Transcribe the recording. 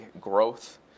growth